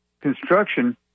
Construction